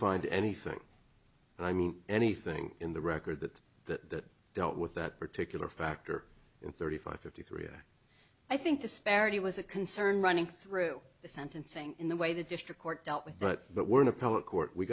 find anything and i mean anything in the record that that dealt with that particular factor in thirty five fifty three or i think disparity was a concern running through the sentencing in the way the district court dealt with but but we're an a